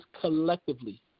collectively